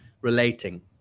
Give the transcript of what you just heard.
relating